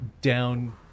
down